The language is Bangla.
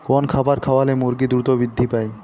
কোন খাবার খাওয়ালে মুরগি দ্রুত বৃদ্ধি পায়?